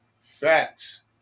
Facts